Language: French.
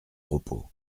propos